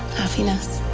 happiness.